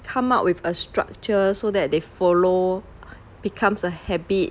come up with a structure so that they follow becomes a habit